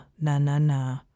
na-na-na